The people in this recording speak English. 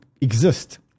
exist